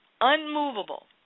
unmovable